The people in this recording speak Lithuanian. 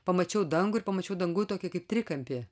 pamačiau dangų ir pamačiau danguj tokį kaip trikampį